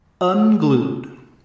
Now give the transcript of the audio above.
unglued